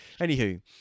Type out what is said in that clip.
anywho